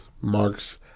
Marx